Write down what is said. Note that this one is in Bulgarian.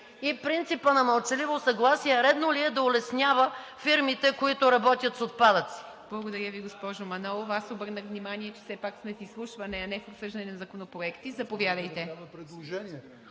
Принципът на мълчаливо съгласие редно ли е да улеснява фирмите, които работят с отпадъци? ПРЕДСЕДАТЕЛ ИВА МИТЕВА: Благодаря Ви, госпожо Манолова. Аз обърнах внимание, че все пак сме в изслушване, а не в обсъждане на законопроекти. Заповядайте.